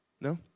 No